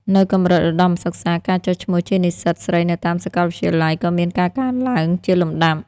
នៅកម្រិតឧត្តមសិក្សា ការចុះឈ្មោះជានិស្សិតស្រីនៅតាមសាកលវិទ្យាល័យក៏មានការកើនឡើងជាលំដាប់។